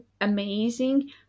amazing